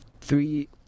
three